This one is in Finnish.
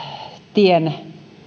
tien